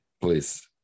please